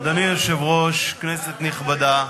אדוני היושב-ראש, כנסת נכבדה,